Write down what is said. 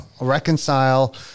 reconcile